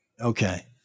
Okay